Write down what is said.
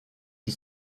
qui